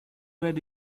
were